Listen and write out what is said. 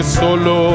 solo